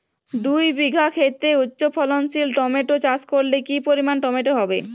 দুই বিঘা খেতে উচ্চফলনশীল টমেটো চাষ করলে কি পরিমাণ টমেটো হবে?